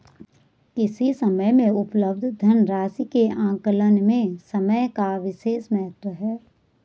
किसी समय में उपलब्ध धन राशि के आकलन में समय का विशेष महत्व है